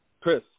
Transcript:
Chris